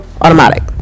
automatic